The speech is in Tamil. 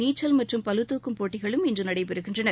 நீச்சல் மற்றும் பளுதாக்கும் போட்டிகளும் இன்று நடைபெறுகின்றன